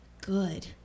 good